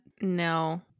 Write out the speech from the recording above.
No